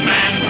Man